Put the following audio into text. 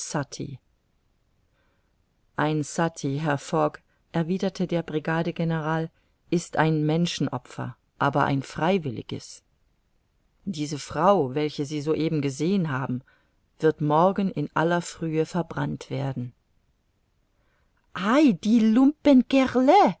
ein sutty herr fogg erwiderte der brigadegeneral ist ein menschenopfer aber ein freiwilliges diese frau welche sie soeben gesehen haben wird morgen in aller frühe verbrannt werden